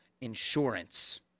insurance